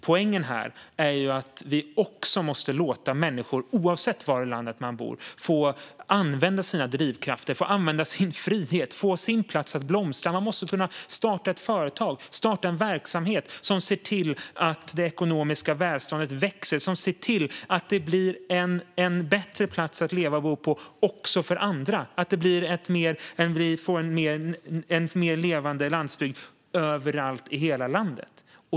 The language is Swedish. Poängen här är ju att vi också måste låta människor, oavsett var i landet de bor, få använda sina drivkrafter, få använda sin frihet och få sin plats att blomstra. Man måste kunna starta ett företag, en verksamhet som ser till att det ekonomiska välståndet växer, som ser till att det blir en bättre plats att leva och bo på också för andra och som ser till att vi får en mer levande landsbygd överallt i hela landet.